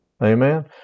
Amen